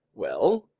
well,